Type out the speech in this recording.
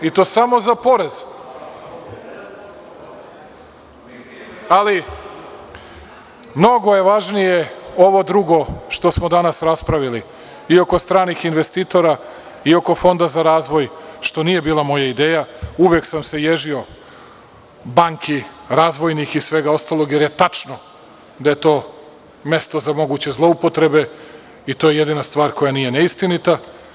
Ali, mnogo je važnije ovo drugo što smo danas raspravljali i oko stranih investitora i oko Fonda za razvoj, što nije bila moja ideja uvek sam se ježio banki, razvojnih i svega ostalog, jer je tačno da je to mesto za moguće zloupotrebe i to je jedina stvar koja nije neistinita.